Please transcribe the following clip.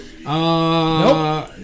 nope